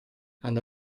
hanno